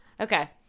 Okay